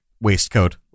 waistcoat